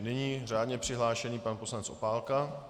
Nyní řádně přihlášený pan poslanec Opálka.